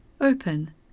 Open